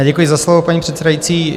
Děkuji za slovo, paní předsedající.